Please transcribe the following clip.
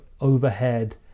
overhead